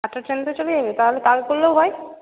auto স্ট্যান্ডে চলে যাব তাহলে তাও করলেও হয়